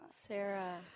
Sarah